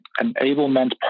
enablement